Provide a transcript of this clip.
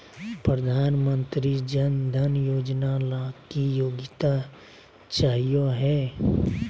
प्रधानमंत्री जन धन योजना ला की योग्यता चाहियो हे?